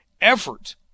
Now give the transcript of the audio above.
Effort